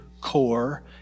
core